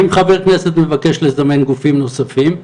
ואם חבר כנסת מבקש לזמן גופים נוספים?